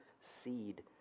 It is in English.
seed